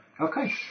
Okay